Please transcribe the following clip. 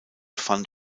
fund